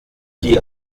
die